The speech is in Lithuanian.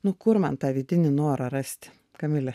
nu kur man tą vidinį norą rasti kamilę